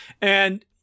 And-